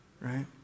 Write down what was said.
Right